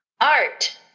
Art